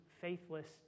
faithless